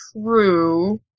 True